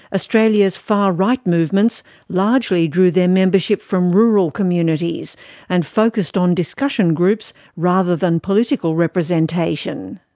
australia's far right movements largely drew their membership from rural communities and focused on discussion groups, rather than political representation.